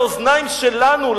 לאוזניים שלנו,